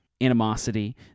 animosity